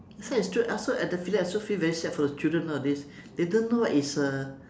actually it's true I also at the feeling I also feel very sad for the children nowadays they don't know what is uh